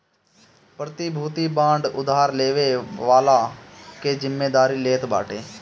प्रतिभूति बांड उधार लेवे वाला कअ जिमेदारी लेत बाटे